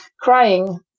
crying